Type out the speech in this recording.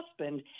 husband